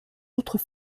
autres